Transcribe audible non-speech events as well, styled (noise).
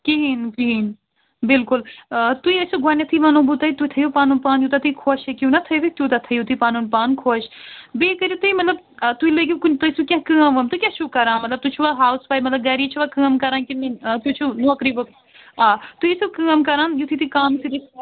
کِہیٖنۍ کِہیٖنۍ بِلکُل آ تُہۍ ٲسِو گۄڈنٮ۪تھٕے ونہو بہٕ تۅہہِ تُہۍ تھٲوِو پنُن پان یوٗتاہ تُہۍ خۄش ہیٚکِو نا تھٲوِتھ تیٛوٗتاہ تھٲوِو تُہۍ پنُن پان خۄش بیٚیہِ کٔرِو تُہۍ مطلب تُہۍ لٲگِو کُنہِ تُہۍ ٲسِو کیٚنٛہہ کٲم وٲم تُہۍ کیٛاہ چھُو کَران مطلب تُہۍ چھُوا ہاوُس وایِف مطلب گری چھِوا کٲم کَران کِنہٕ آ تُہۍ چھِو نوکری وکری آ تُہۍ ٲسِو کٲم کَران یُتھٕے تُہۍ کام (unintelligible)